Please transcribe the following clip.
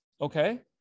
Okay